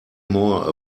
more